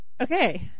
Okay